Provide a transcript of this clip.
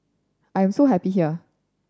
I am so happy here